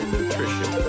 Nutrition